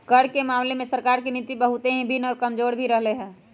कर के मामले में सरकार के नीति बहुत ही भिन्न और कमजोर भी रहले है